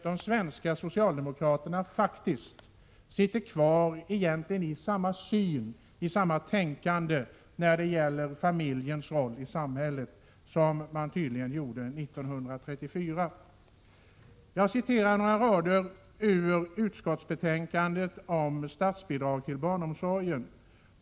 De svenska socialdemokraterna har när det gäller familjens roll i samhället egentligen kvar samma syn och samma tänkande som man tydligen hade år 1934. Jag vill citera några rader ur betänkandet om statsbidrag till barnomsorgen.